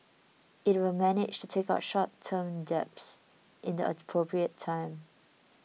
it will manage to take out short term debts in the appropriate time